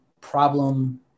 problem